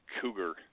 cougar